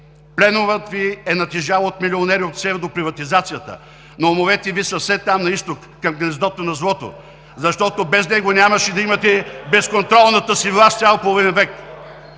Пленумът Ви е натежал от милионери от псевдоприватизацията, но умовете Ви са все там – на Изток, към гнездото на злото. Защото без него нямаше да имате безконтролната си власт цял половин век.